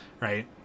Right